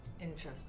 Interesting